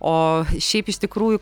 o šiaip iš tikrųjų